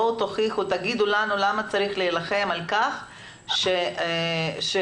תאמרו לנו למה צריך להילחם על כך שחייבים